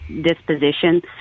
disposition